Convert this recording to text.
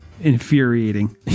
infuriating